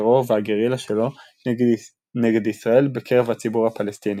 הטרור והגרילה שלו נגד ישראל בקרב הציבור הפלסטיני.